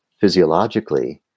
physiologically